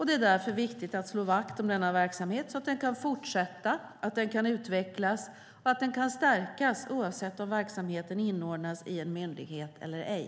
Det är därför viktigt att slå vakt om denna verksamhet så att den kan fortsätta, utvecklas och stärkas oavsett om verksamheten inordnas i en myndighet eller ej.